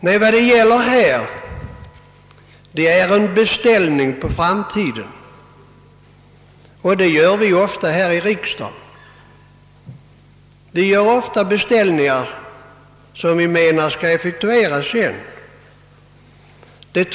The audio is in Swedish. Det vi nu diskuterar är en beställning för framtiden, och sådana förekommer ofta här i riksdagen. Vi gör beställningar som vi menar skall effektueras senare.